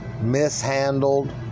mishandled